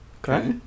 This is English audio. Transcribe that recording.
Okay